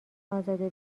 ازاده